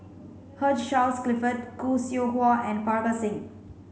Hugh Charles Clifford Khoo Seow Hwa and Parga Singh